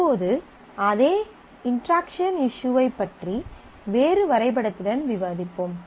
இப்போது அதே இன்டெராக்சன் இஸ்யூவைப் பற்றி வேறு வரைபடத்துடன் விவாதிப்போம்